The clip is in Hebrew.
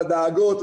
לדאגות,